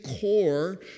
core